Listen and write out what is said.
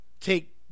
take